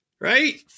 right